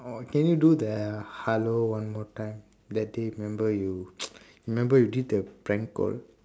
oh can you do the hello one more time that day remember you remember you did the prank call